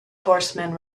horseman